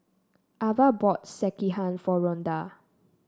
Avah bought Sekihan for Ronda